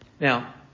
Now